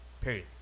Period